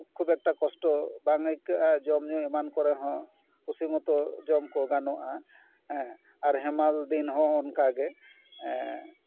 ᱠᱷᱩᱵᱽ ᱮᱠᱴᱟ ᱠᱚᱥᱴᱚ ᱵᱟᱝ ᱟᱹᱭᱠᱟᱹᱜᱼᱟ ᱡᱚᱢᱼᱧᱩ ᱮᱢᱟᱱ ᱠᱚ ᱠᱚᱨᱮ ᱦᱚᱸ ᱠᱷᱩᱥᱤ ᱢᱚᱛᱚ ᱡᱚᱢ ᱠᱚ ᱜᱟᱱᱚᱜᱼᱟ ᱦᱮᱸ ᱟᱨ ᱦᱮᱢᱟᱞ ᱫᱤᱱ ᱦᱚᱸ ᱚᱱᱠᱟᱜᱮ